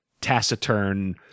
taciturn